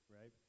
right